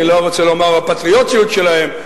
אני לא רוצה לומר בפטריוטיות שלהן,